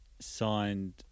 signed